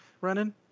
running